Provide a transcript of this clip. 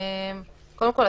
קודם כול,